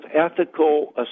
ethical